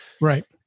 Right